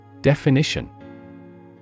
Definition